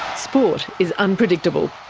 sport is unpredictable.